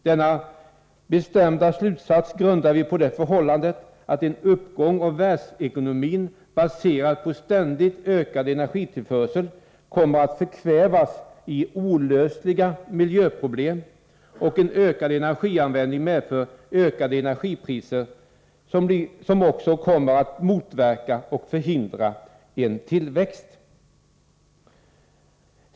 Denna bestämda slutsats grundar vi på det förhållandet att en uppgång i världsekonomin baserad på ständigt ökad energitillförsel kommer att förkvävas i olösliga miljöproblem och att en ökad energianvändning medför ökade energipriser, som också kommer att motverka eller förhindra en tillväxt.